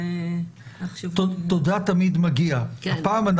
תודה תמיד מגיעה.